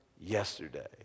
Yesterday